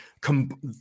come